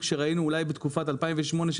שראינו אולי בתקופת 2008,